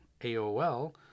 AOL